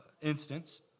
instance